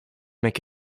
make